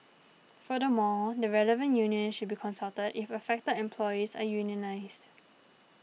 furthermore the relevant union should be consulted if affected employees are unionised